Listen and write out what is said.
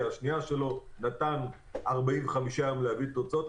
השנייה שלו נתן 45 יום להביא תוצאות.